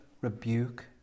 rebuke